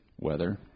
Weather